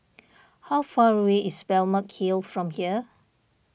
how far away is Balmeg Hill from here